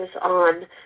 on